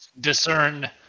discern